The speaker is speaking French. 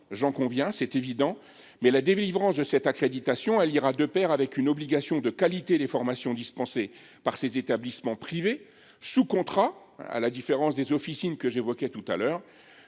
j’en conviens, mais la délivrance de cette accréditation ira de pair avec une obligation de qualité des formations dispensées par les établissements privés sous contrat, à la différence des officines que j’évoquais tout à l’heure.